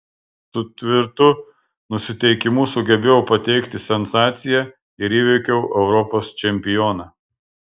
su tvirtu nusiteikimu sugebėjau pateikti sensaciją ir įveikiau europos čempioną